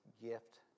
gift